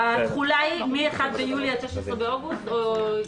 התחולה היא מ-1 ביולי עד 16 באוגוסט, או אחרת?